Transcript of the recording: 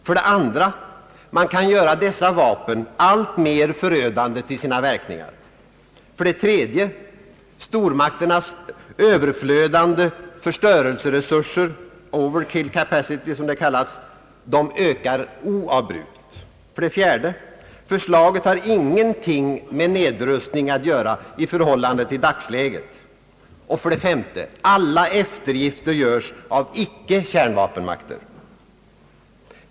För det andra kan man göra dessa vapen alltmer förödande till verkningarna. För det tredje ökar oavbrutet stormakternas överflödande förstörelseresurser — »over-kill capacity», som det kallas. För det fjärde har förslaget ingenting med nedrustning att göra i förhållande till dagsläget. För det femte görs alla eftergifter av icke-kärnvapenmakter.